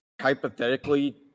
hypothetically